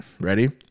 Ready